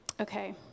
okay